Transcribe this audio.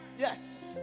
Yes